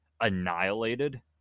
annihilated